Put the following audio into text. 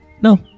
No